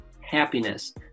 happiness